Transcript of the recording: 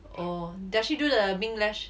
orh does she do the mink lash